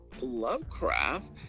Lovecraft